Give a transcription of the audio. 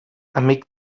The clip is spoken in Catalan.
amic